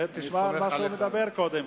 מה ההבדל?